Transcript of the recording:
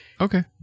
Okay